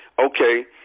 okay